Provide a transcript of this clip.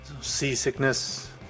seasickness